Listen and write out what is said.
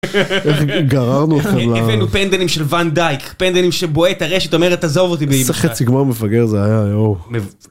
גררנו אותך ל... הבאנו פנדלים של ון דייק, פנדלים שבועט את הרשת אומרת עזוב אותי. איזה חצי גמר מפגר זה היה.